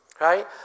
Right